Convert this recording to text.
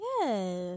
Yes